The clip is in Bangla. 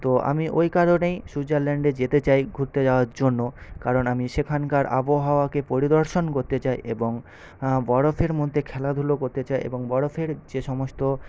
তো আমি ওই কারণেই সুইজারল্যান্ডে যেতে চাই ঘুরতে যাওয়ার জন্য কারণ আমি সেখানকার আবহাওয়াকে পরিদর্শন করতে চাই এবং বরফের মধ্যে খেলাধুলা করতে চাই এবং বরফের যে সমস্ত